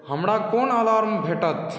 हमरा कोन अलार्म भेटत